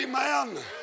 Amen